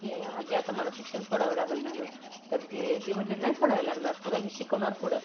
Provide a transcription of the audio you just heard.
की आजी आता मला शिक्षण सोडावं लागंल ना गं तर ती ती म्हणाली नाही सोडायला लागणार तुला मी शिकवणार पुढं